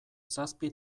zazpi